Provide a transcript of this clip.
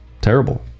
terrible